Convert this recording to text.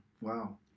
Wow